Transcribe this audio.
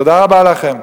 תודה רבה לכם.